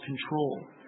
control